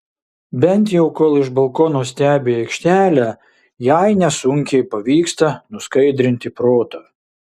bent jau kol iš balkono stebi aikštelę jai nesunkiai pavyksta nuskaidrinti protą